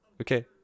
Okay